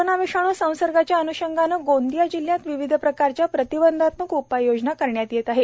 corona विषाणू संसर्गाच्या अन्षंगाने गोंदिया जिल्ह्यात विविध प्रकारच्या प्रतिबंधात्मक उपाययोजना करण्यात येत आहे